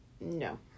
no